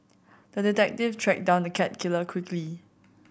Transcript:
the detective tracked down the cat killer quickly